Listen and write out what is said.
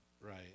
Right